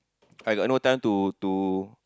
I got no time to to